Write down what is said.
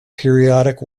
periodic